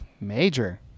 Major